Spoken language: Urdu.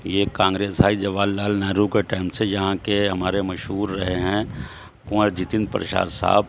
یہ کانگریس آئی جواہر لعل نہرو کے ٹائم سے جہاں کے ہمارے مشہور رہے ہیں کنور جتن پرشاد صاحب